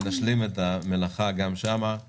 בשעה 17:00 ונשלים את המלאכה גם בו.